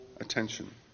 attention